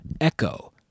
Echo